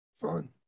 Fun